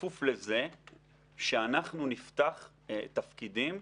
בכפוף לזה שאנחנו נפתח תפקידים.